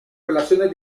relaciones